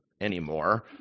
anymore